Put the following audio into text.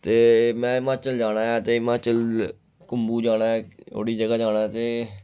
ते में हिमाचल जाना ऐ ते हिमाचल कुम्बू जाना ऐ ओह्ड़ी जगह जाना ऐ ते